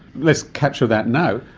let's capture that now.